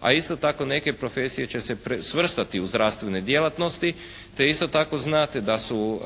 a isto tako neke profesije će se svrstati u zdravstvene djelatnosti te isto tako znate da su